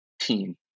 team